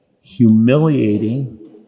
humiliating